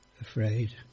afraid